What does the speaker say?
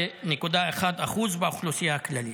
ל-14.1% באוכלוסייה הכללית,